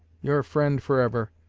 your friend forever,